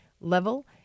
level